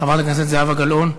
חברת הכנסת זהבה גלאון,